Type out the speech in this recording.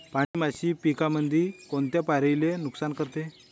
पांढरी माशी पिकामंदी कोनत्या पायरीले नुकसान करते?